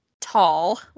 tall